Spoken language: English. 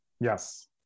Yes